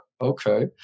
okay